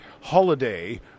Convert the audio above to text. holiday